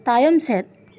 ᱛᱟᱭᱚᱢ ᱥᱮᱫ